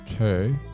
Okay